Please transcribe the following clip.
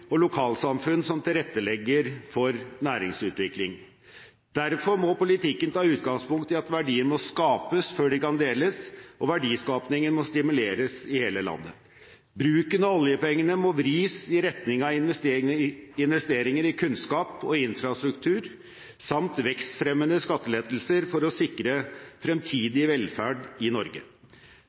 og lokalsamfunn som tilrettelegger for næringsutvikling. Derfor må politikken ta utgangspunkt i at verdier må skapes før de kan deles, og verdiskapingen må stimuleres i hele landet. Bruken av oljepengene må vris i retning av investeringer i kunnskap og infrastruktur samt vekstfremmende skattelettelser for å sikre fremtidig velferd i Norge.